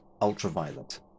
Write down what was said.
ultraviolet